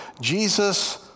Jesus